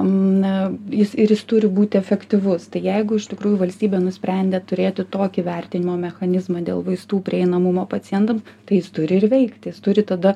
na jis ir jis turi būti efektyvus tai jeigu iš tikrųjų valstybė nusprendė turėti tokį vertinimo mechanizmą dėl vaistų prieinamumo pacientam tai jis turi ir veikti jis turi tada